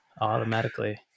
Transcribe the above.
automatically